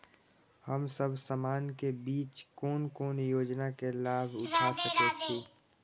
हम सब समाज के बीच कोन कोन योजना के लाभ उठा सके छी?